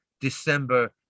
December